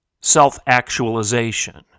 Self-actualization